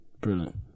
Brilliant